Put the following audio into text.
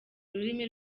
rurimi